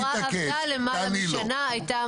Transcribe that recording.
היא כבר עבדה למעלה משנה,